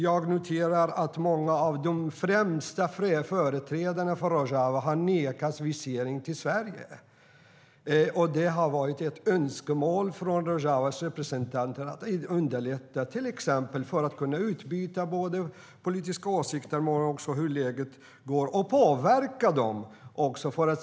Jag noterar att många av de främsta företrädarna för Rojava nekats visum till Sverige. Det har varit ett önskemål från Rojavas representanter att underlätta visering till exempel för att kunna utbyta politiska åsikter och påverka regimen.